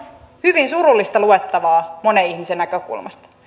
hyvin surullista luettavaa monen ihmisen näkökulmasta